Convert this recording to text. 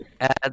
Add